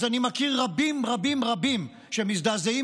אז אני מכיר רבים רבים רבים שמזדעזעים